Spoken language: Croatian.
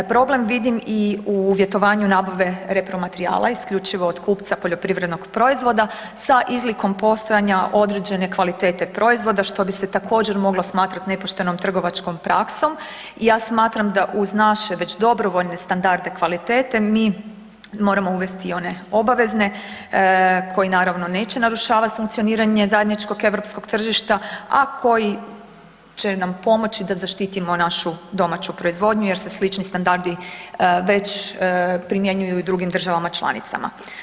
Problem vidim i u uvjetovanju nabave repromaterijala isključivo od kupca poljoprivrednog proizvoda sa izlikom postojanja određene kvalitete proizvoda, što bi se također moglo smatrat nepoštenom trgovačkom praksom i ja smatram da uz naše već dobrovoljne standarde kvalitete mi moramo uvest i one obavezne koji naravno neće narušavat funkcioniranje zajedničkog europskog tržišta, a koji će nam pomoći da zaštitimo našu domaću proizvodnju jer se slični standardi već primjenjuju i u drugim državama članicama.